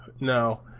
No